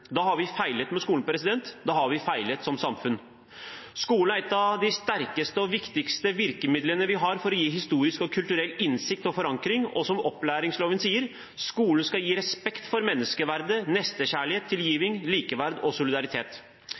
Da har vi feilet med skolen. Da har vi feilet som samfunn. Skolen er et av de sterkeste og viktigste virkemidlene vi har for å gi historisk og kulturell innsikt og forankring, og som opplæringsloven sier: Skolen skal gi « respekt for menneskeverdet og naturen, på åndsfridom, nestekjærleik, tilgjeving, likeverd og solidaritet